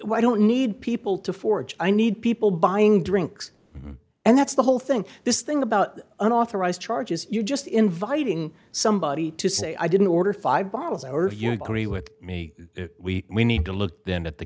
don't need people to forge i need people buying drinks and that's the whole thing this thing about unauthorized charges you just inviting somebody to say i didn't order five bottles our of you agree with me we need to look then at the